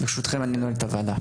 ברשותכם, אני נועל את הוועדה.